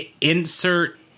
Insert